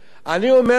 אני אומר לכם